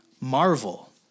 marvel